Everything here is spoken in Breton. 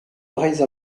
breizh